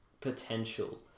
potential